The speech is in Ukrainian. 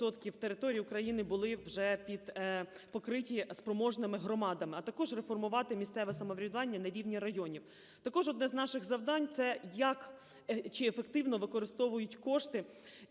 територій України були вже під… покриті спроможними громадами, а також реформувати місцеве самоврядування на рівні районів. Також одне з наших завдань – це як… чи ефективно використовують кошти